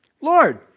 Lord